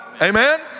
Amen